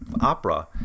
opera